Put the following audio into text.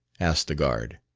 asked the guard.